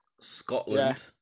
Scotland